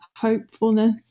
hopefulness